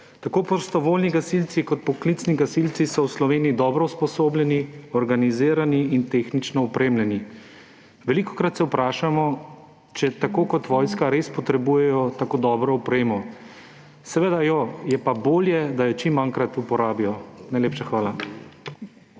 Tako prostovoljni gasilci kot poklicni gasilci so v Sloveniji dobro usposobljeni, organizirani in tehnično opremljeni. Velikokrat se vprašamo, če tako kot vojska res potrebujejo tako dobro opremo. Seveda jo, je pa bolje, da jo čim manjkrat uporabijo. Najlepša hvala.